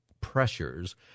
pressures